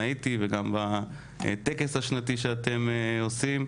הייתי וגם בטקס השנתי שאתם עושים.